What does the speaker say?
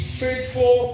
faithful